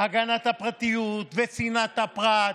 הגנת הפרטיות וצנעת הפרט.